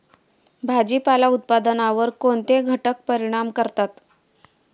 भाजीपाला उत्पादनावर कोणते घटक परिणाम करतात?